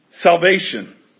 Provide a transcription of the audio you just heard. salvation